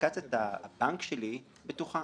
אפליקציית הבנק שלי בטוחה.